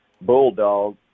Bulldog